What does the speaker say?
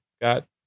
got